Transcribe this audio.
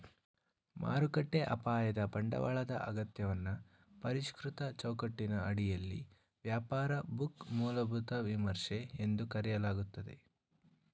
ಮಾರುಕಟ್ಟೆ ಅಪಾಯದ ಬಂಡವಾಳದ ಅಗತ್ಯವನ್ನ ಪರಿಷ್ಕೃತ ಚೌಕಟ್ಟಿನ ಅಡಿಯಲ್ಲಿ ವ್ಯಾಪಾರ ಬುಕ್ ಮೂಲಭೂತ ವಿಮರ್ಶೆ ಎಂದು ಕರೆಯಲಾಗುತ್ತೆ